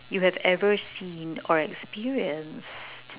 you have ever seen or experienced